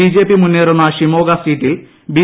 BJP മുന്നേറുന്ന ഷിമോഗ സീറ്റിൽ B